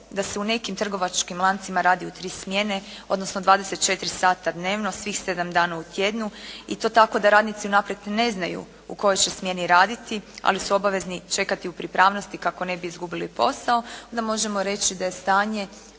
da se u nekim trgovačkim lancima radi u tri smjene, odnosno 24 sata dnevno, svih 7 dana u tjednu, i to tako da radnici unaprijed ne znaju u kojoj će smjeni raditi, ali su obavezni čekati u pripravnosti kako ne bi izgubili posao, onda možemo reći da je stanje